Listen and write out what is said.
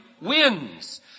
wins